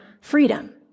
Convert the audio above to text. freedom